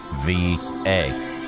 VA